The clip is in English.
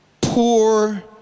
Poor